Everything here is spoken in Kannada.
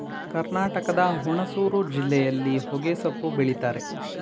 ಕರ್ನಾಟಕದ ಹುಣಸೂರು ಜಿಲ್ಲೆಯಲ್ಲಿ ಹೊಗೆಸೊಪ್ಪು ಬೆಳಿತರೆ